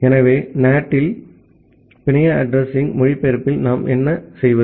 எனவே NAT இல் பிணைய அட்ரஸிங் மொழிபெயர்ப்பில் நாம் என்ன செய்வது